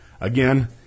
Again